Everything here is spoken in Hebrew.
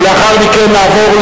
4395,